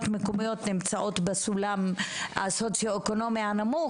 מקומיות נמצאות בסום סוציו אקונומי נמוך,